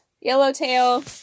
Yellowtail